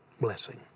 blessing